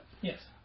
Yes